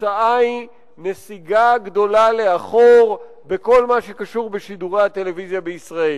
התוצאה היא נסיגה גדולה לאחור בכל מה שקשור בשידורי הטלוויזיה בישראל.